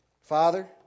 Father